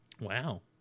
Wow